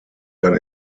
dann